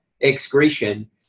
excretion